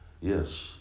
Yes